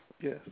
Yes